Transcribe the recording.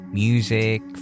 music